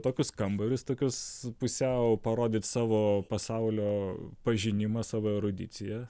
tokius kambarius tokius pusiau parodyt savo pasaulio pažinimą savo erudiciją